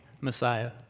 Messiah